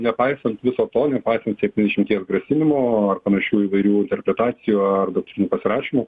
nepaisant viso to nepaisant septyniašimties grasinimų ar panašių įvairių interpretacijų ar doktrinų pasirašymų